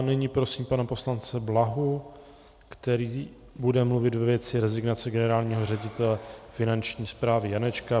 Nyní prosím pana poslance Blahu, který bude mluvit ve věci rezignace generálního ředitele Finanční správy Janečka.